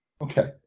Okay